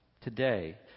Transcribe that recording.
today